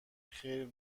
خیر